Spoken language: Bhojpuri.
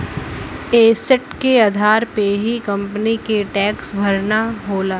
एसेट के आधार पे ही कंपनी के टैक्स भरना होला